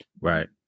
Right